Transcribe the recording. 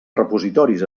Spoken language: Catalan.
repositoris